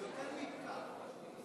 זה יותר מפקק, מה שקורה בבוקר.